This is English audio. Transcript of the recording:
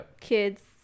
kids